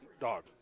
Dog